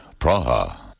Praha